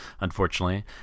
unfortunately